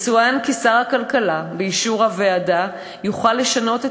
יצוין כי שר הכלכלה יוכל, באישור הוועדה, לשנות,